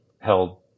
held